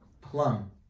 Plum